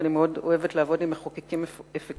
אני מאוד אוהבת לעבוד עם מחוקקים אפקטיביים,